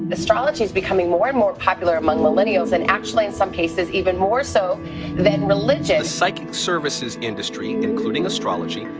astrology is becoming more and more popular among millennials and actually, in some cases, even more so than religion the psychic services industry, including astrology,